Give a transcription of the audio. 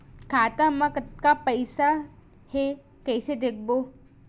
खाता मा कतका पईसा हे कइसे देखबो?